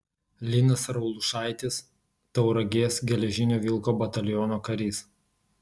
linas raulušaitis tauragės geležinio vilko bataliono karys